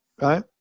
Right